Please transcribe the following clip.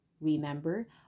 Remember